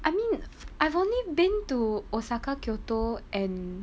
I mean I've only been to osaka kyoto and